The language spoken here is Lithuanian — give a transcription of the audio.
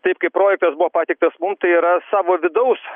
taip kaip projektas buvo pateiktas mum tai yra savo vidaus